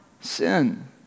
sin